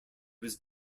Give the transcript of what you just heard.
was